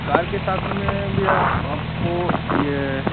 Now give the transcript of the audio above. car के साथ में भैया आपको यह